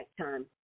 time